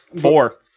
Four